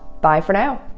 bye for now!